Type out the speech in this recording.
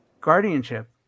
Guardianship